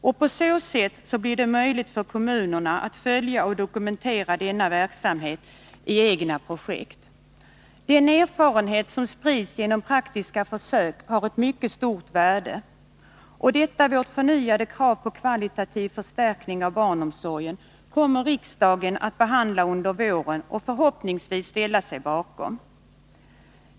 Med dessa pengar skulle det bli möjligt för kommunerna att följa och dokumentera denna verksamhet i egna projekt. Den erfarenhet som sprids genom praktiska försök har ett mycket stort värde. Detta vårt förnyade krav på en kvalitativ förstärkning av barnomsorgen kommer riksdagen att behandla under våren — och förhoppningsvis ställa sig bakom.